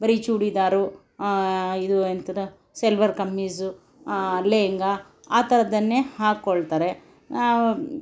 ಬರೀ ಚೂಡಿದಾರು ಇದು ಎಂಥದು ಸೆಲ್ವರ್ ಕಮೀಜು ಲೆಹೆಂಗಾ ಆ ಥರದ್ದನ್ನೇ ಹಾಕೊಳ್ತಾರೆ